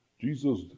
Jesus